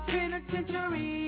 Penitentiary